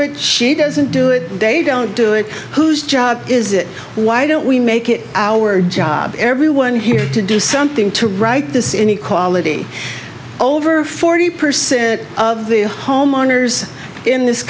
it she doesn't do it they don't do it whose job is it why don't we make it our job everyone here to do something to write this inequality over forty percent of the homeowners in this